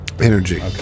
Energy